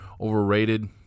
overrated